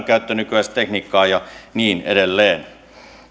käyttää nykyaikaista tekniikkaa ja niin edelleen